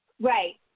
Right